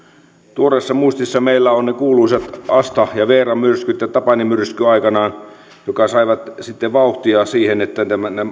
tuoreessa muistissa meillä ovat ne kuuluisat asta veera ja tapani myrskyt aikanaan jotka saivat sitten vauhtia siihen että